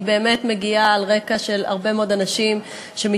היא באמת מגיעה על רקע תלונות של הרבה מאוד אנשים שבשעות